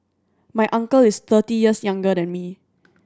my uncle is thirty years younger than me